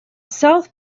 south